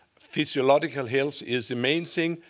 physiological health, is the main thing,